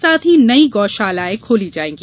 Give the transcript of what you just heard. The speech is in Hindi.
साथ ही नई गौशालायें खोली जायेंगी